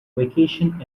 vacation